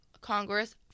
Congress